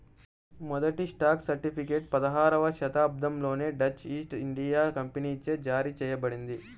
మొదటి stock certificate పదహారవ శతాబ్దంలోనే డచ్ ఈస్ట్ ఇండియా కంపెనీచే జారీ చేయబడింది